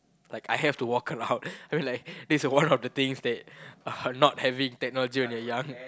like I have to walk around I mean like this is one of the things that not having technology when you're young